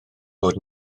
bod